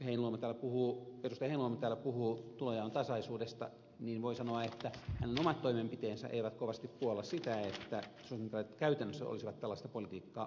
heinäluoma täällä puhuu tulonjaon tasaisuudesta mutta voi sanoa että hänen omat toimenpiteensä eivät kovasti puolla sitä että sosialidemokraatit käytännössä olisivat tällaista politiikkaa harjoittaneet